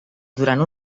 durant